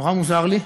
נורא מוזר לי.